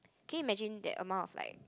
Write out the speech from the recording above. can you imagine that amount of like